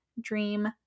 dream